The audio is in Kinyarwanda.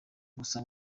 gusa